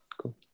cool